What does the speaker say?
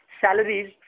salaries